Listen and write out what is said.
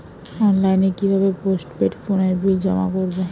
অনলাইনে কি ভাবে পোস্টপেড ফোনের বিল জমা করব?